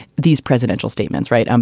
these presidential statements. right. and